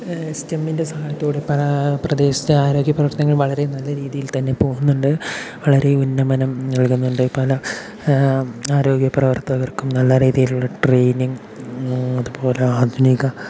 എസ്എമ്മിന്റെ സഹായത്തോടെ പ്രദേശത്തെ ആരോഗ്യ പ്രവർത്തനങ്ങൾ വളരെ നല്ല രീതിയിൽ തന്നെ പോകുന്നുണ്ട് വളരെ ഉന്നമനം നൽകുന്നുണ്ട് പല ആരോഗ്യപ്രവർത്തകർക്കും നല്ല രീതിയിലുള്ള ട്രെയിനിങ് അതുപോലെ ആധുനിക